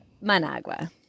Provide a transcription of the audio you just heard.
Managua